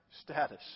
status